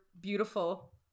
beautiful